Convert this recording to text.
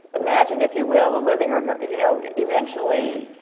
imagine, if you will, a living room. you know, eventually,